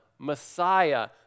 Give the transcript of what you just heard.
Messiah